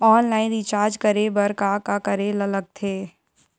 Online recharge करे बर का का करे ल लगथे?